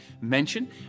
mention